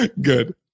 good